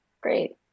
Great